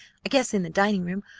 i guess, in the dining-room,